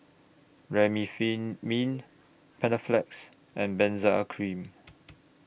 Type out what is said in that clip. Remifemin Panaflex and Benzac A Cream